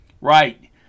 Right